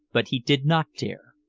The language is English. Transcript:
but he did not dare.